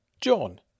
John